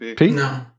No